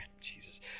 Jesus